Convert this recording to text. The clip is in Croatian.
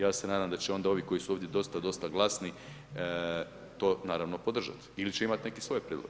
Ja se nadam da će onda ovi koji su ovdje dosta dosta glasni, to naravno podržati, ili će imati neke svoje prijedloge.